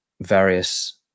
various